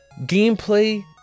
gameplay